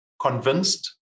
convinced